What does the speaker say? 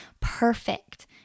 perfect